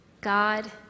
God